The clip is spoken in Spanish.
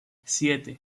siete